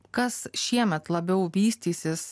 kas šiemet labiau vystysis